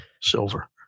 silver